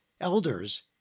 elders